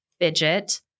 fidget